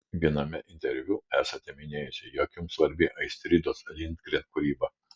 viename interviu esate minėjusi jog jums svarbi astridos lindgren kūryba